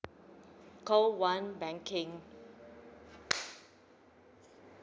call one banking